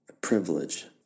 privilege